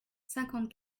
cinquante